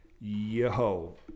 yo